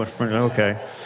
Okay